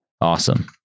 Awesome